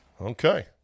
Okay